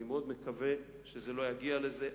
אני מאוד מקווה שזה לא יגיע לזה,